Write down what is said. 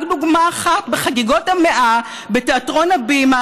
רק דוגמה אחת: בחגיגות ה-100 בתיאטרון הבימה